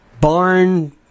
barn